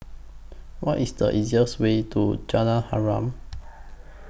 What IS The easiest Way to Jalan Harum